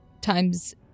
times